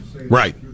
Right